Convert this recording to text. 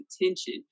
attention